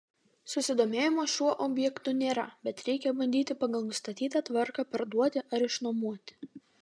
susidomėjimo šiuo objektu nėra bet reikia bandyti pagal nustatytą tvarką parduoti ar išnuomoti